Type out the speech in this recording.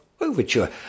Overture